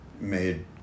made